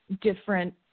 different